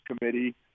committee